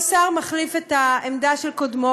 וכל שר מחליף את העמדה של קודמו,